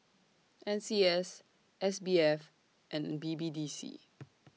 N C S S B F and B B D C